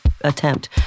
attempt